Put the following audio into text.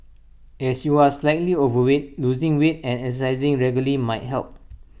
as you are slightly overweight losing weight and exercising regularly might help